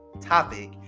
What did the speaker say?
topic